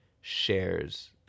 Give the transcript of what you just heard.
shares